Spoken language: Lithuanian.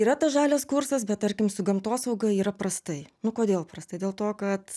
yra tas žalias kursas bet tarkim su gamtosauga yra prastai nu kodėl prastai dėl to kad